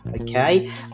okay